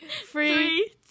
three